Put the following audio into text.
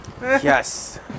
Yes